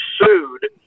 sued